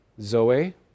Zoe